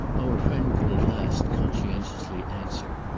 our friend could at last conscientiously answer.